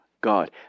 God